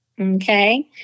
Okay